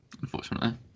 unfortunately